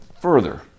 further